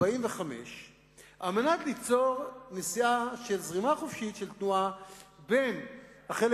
45 כדי ליצור זרימה חופשית של התנועה בין החלק